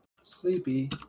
sleepy